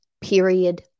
period